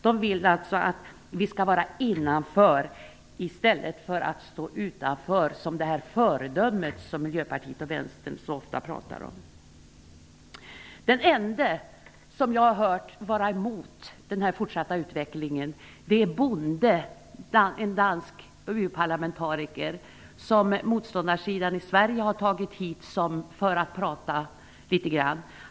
De vill alltså att Sverige skall medverka i en gemenskap i stället för att stå utanför, detta föredöme som Miljöpartiet de gröna och Vänstern så ofta talar om. Den ende som jag har hört vara emot den fortsatta utvecklingen är Bonde, en dansk EU-parlamentariker som motståndarsidan i Sverige har tagit hit för att prata litet grand.